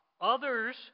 Others